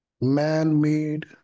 man-made